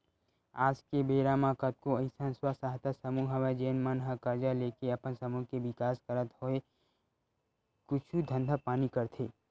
आज के बेरा म कतको अइसन स्व सहायता समूह हवय जेन मन ह करजा लेके अपन समूह के बिकास करत होय कुछु धंधा पानी करथे